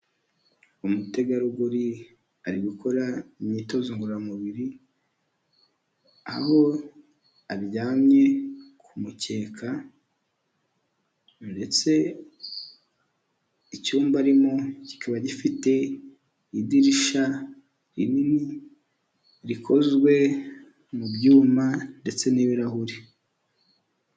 Umutegarugori ari gukora imyitozo ngororamubiri, aho aryamye ku mukeka ndetse icyumba arimo kikaba gifite idirishya rinini rikozwe mu byuma ndetse n'ibirahuri.